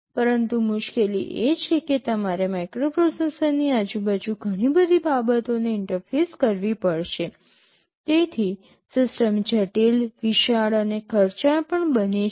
પરંતુ મુશ્કેલી એ છે કે તમારે માઇક્રોપ્રોસેસરની આજુબાજુ ઘણી બધી બાબતોને ઇન્ટરફેસ કરવી પડશે તેથી સિસ્ટમ જટિલ વિશાળ અને ખર્ચાળ પણ બને છે